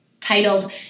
titled